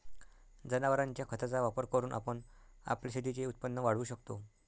जनावरांच्या खताचा वापर करून आपण आपल्या शेतीचे उत्पन्न वाढवू शकतो